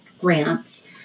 grants